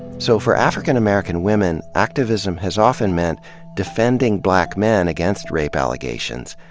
so for african american women, activism has often meant defending black men against rape allegations,